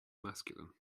masculine